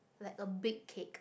like a big cake